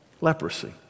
Leprosy